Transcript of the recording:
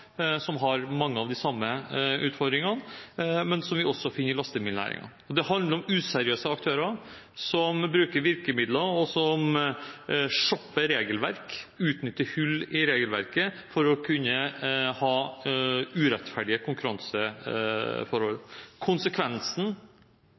som har mange av de samme utfordringene, men vi finner den også i lastebilnæringen. Det handler om useriøse aktører som bruker virkemidler, og som shopper regelverk og utnytter hull i regelverket for å kunne ha urettferdige konkurranseforhold.